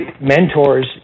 mentors